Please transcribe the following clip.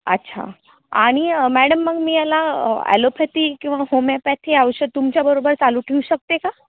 अच्छा आणि मॅडम मग मी याला ॲलोफॅथी किंवा होमिओपॅथी औषध तुमच्याबरोबर चालू ठेवू शकते का